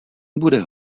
bude